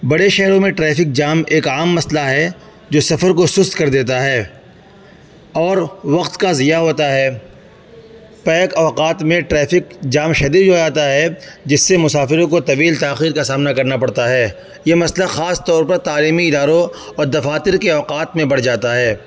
بڑے شہروں میں ٹریفک جام ایک عام مسئلہ ہے جو سفر کو سست کر دیتا ہے اور وقت کا زیاں ہوتا ہے بیک اوقات میں ٹریفک جام شدید ہو جاتا ہے جس سے مسافروں کو طویل تاخیر کا سامنا کرنا پڑتا ہے یہ مسئلہ خاص طور پر تعلیمی اداروں اور دفاتر کے اوقات میں بڑھ جاتا ہے